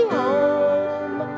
home